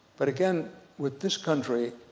but again with this country,